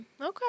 Okay